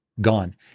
gone